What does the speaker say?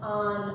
on